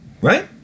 right